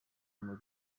muri